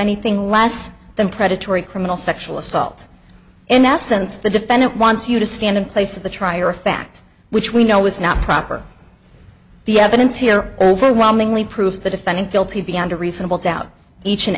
anything less than predatory criminal sexual assault in essence the defendant wants you to stand in place of the trier of fact which we know is not proper the evidence here overwhelmingly proves the defendant guilty beyond a reasonable doubt each and